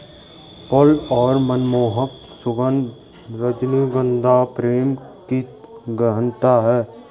फल और मनमोहक सुगन्ध, रजनीगंधा प्रेम की गहनता है